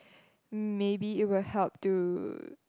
maybe it will help to